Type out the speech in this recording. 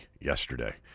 yesterday